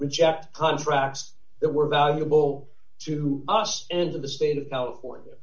reject contracts that were valuable to us and of the state of california